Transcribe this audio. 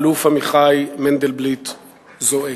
האלוף אביחי מנדלבליט, זועק.